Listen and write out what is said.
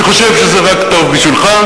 אני חושב שזה רק טוב בשבילך.